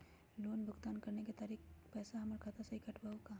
Loan भुगतान करे के खातिर पैसा हमर खाता में से ही काटबहु का?